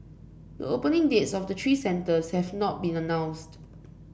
the opening dates of the three centres have not been announced